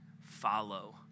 Follow